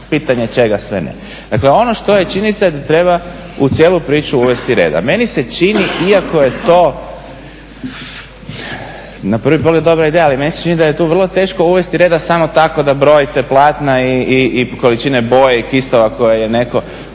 pitanje čega sve ne. Dakle, ono što je činjenica, da treba u cijelu priču uvesti reda. Meni se čini, iako je to na prvi pogled dobra ideja, ali meni se čini da je tu vrlo teško uvesti rada samo tako da brojite platna, i količine boje i kistova koje je neko